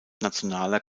nationaler